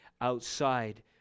outside